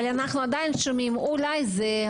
אבל אנחנו עדיין שומעים 'אולי זה',